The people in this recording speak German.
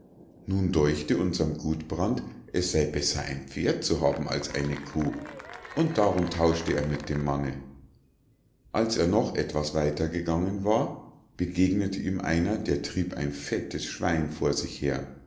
nun däuchte unserm gudbrand es sei besser ein pferd zu haben als eine kuh und darum tauschte er mit dem manne als er noch etwas weiter gegangen war begegnete ihm einer der trieb ein fettes schwein vor sich her